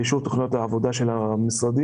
אישור תכניות העבודה של המשרדים,